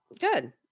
good